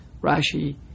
Rashi